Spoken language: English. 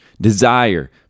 desire